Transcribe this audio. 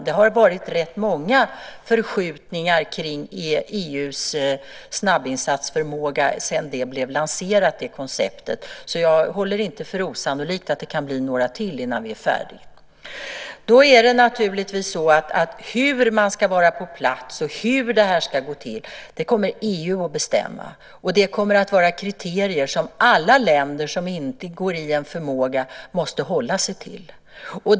Det har varit rätt många förskjutningar kring EU:s snabbinsatsförmåga sedan konceptet blev lanserat, och jag håller inte för osannolikt att det kan bli några till innan vi är färdiga. Hur man ska vara på plats och hur detta ska gå till kommer alltså EU att bestämma. Det kommer att vara kriterier som alla länder som ingår i en förmåga måste hålla sig till.